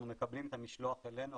אנחנו מקבלים את המשלוח אלינו,